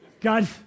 God